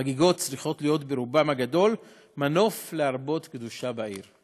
החגיגות צריכות להיות ברובן הגדול מנוף להרבות קדושה בעיר.